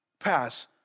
pass